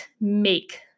make